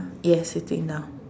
yes sitting down